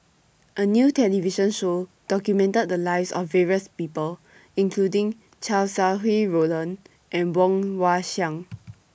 A New television Show documented The Lives of various People including Chow Sau Hai Roland and Woon Wah Siang